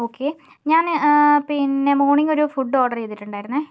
okay ഞാൻ പിന്നെ morning ഒരു ഫുഡ് ഓർഡർ ചെയ്തിട്ടുണ്ടായിരുന്നേ